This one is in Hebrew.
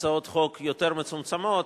הצעות חוק יותר מצומצמות.